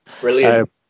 brilliant